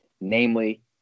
namely